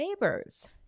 neighbors